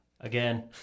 again